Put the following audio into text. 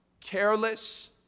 careless